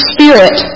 Spirit